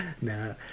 No